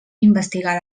investigar